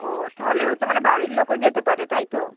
ও তাহলে হচ্ছে মানে বাড়ির লোকও যেতে পারে তাই তো